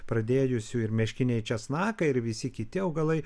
pradėjusių ir meškiniai česnakai ir visi kiti augalai